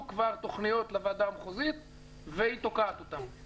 כבר תוכניות לוועדה המחוזית והיא תוקעת אותן?